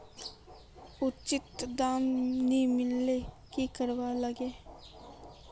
उचित दाम नि मिलले की करवार लगे?